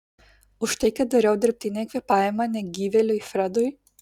už tai kad dariau dirbtinį kvėpavimą negyvėliui fredui